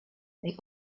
they